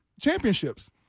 championships